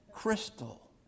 crystal